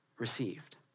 received